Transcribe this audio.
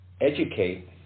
educate